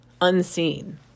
unseen